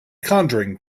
conjuring